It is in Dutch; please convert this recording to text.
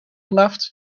blaft